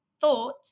thought